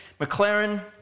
McLaren